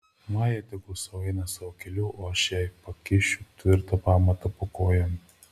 maja tegul sau eina savo keliu o aš jai pakišiu tvirtą pamatą po kojom